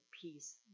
peace